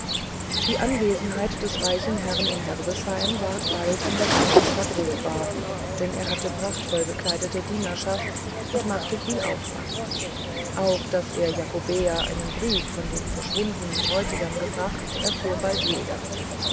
die anwesenheit des reichen herrn in herbesheim ward bald in der ganzen stadt ruchbar denn er hatte prachtvoll gekleidete dienerschaft und machte viel aufwand auch daß er jakobea einen brief von dem verschwundenen bräutigam gebracht erfuhr bald jeder